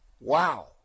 Wow